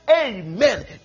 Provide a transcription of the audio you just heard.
Amen